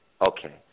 Okay